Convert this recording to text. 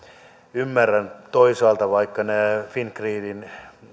ymmärrän toisaalta vaikka nämä fingridin